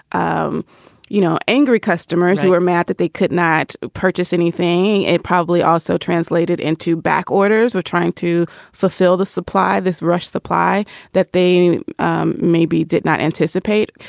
um you know, angry customers who were mad that they could not purchase anything. it probably also translated into back orders or trying to fulfill the supply. this rushed supply that they um maybe did not anticipate.